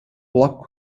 block